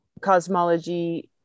cosmology